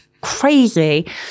crazy